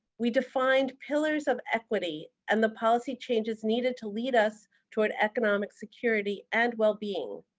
we defined pillars of equity and the policy changes needed to lead us to to economic security and well being.